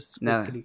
No